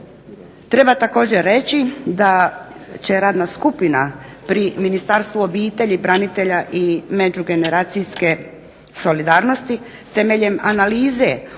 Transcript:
Treba također reći da će radna skupina pri Ministarstvu obitelji, branitelja, i međugeneracijske solidarnosti, temeljem analize o učincima